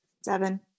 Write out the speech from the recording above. Seven